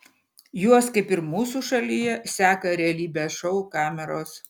juos kaip ir mūsų šalyje seka realybės šou kameros